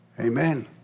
amen